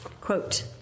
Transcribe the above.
Quote